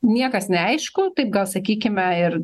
niekas neaišku taip gal sakykime ir